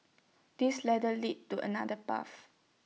this ladder leads to another path